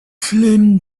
flynn